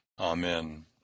Amen